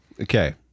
Okay